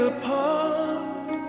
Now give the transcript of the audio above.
apart